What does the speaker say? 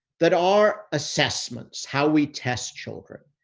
that our assessments, how we test children,